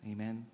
Amen